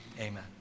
Amen